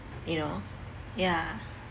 you know yeah